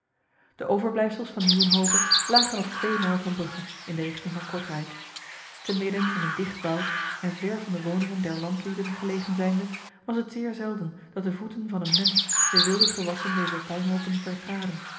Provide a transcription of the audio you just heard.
de overblijfsels van nieuwenhove lagen op twee mijl van brugge in de richting van kortrijk te midden in een dicht woud en ver van de woningen der landlieden gelegen zijnde was het zeer zelden dat de voeten van een mens de wilde gewassen dezer puinhopen vertraden